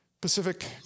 Pacific